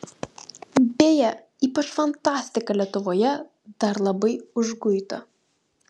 beje ypač fantastika lietuvoje dar labai užguita